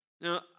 Now